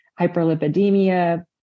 hyperlipidemia